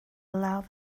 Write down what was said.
loud